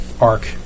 arc